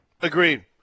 Agreed